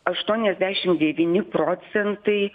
aštuoniasdešimt devyni procentai